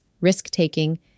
risk-taking